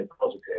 positive